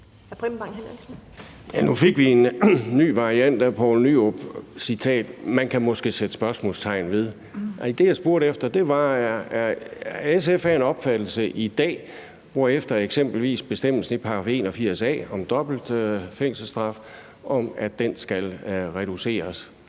Nu fik vi en ny variant af Poul Nyrup, citat: man kan måske sætte spørgsmålstegn ved. Nej, det, jeg spurgte efter, var: Er SF af en opfattelse i dag, hvorefter eksempelvis bestemmelsen i § 81 a om dobbelt fængselsstraf skal reduceres,